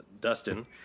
Dustin